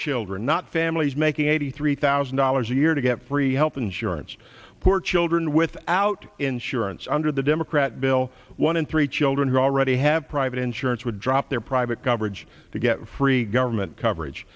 children not families making eighty three thousand dollars a year to get free health insurance poor children without insurance under the democrat bill one in three children who already have private insurance would drop their private coverage to get free government coverage